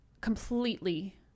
completely